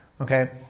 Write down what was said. okay